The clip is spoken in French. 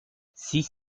six